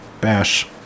Bash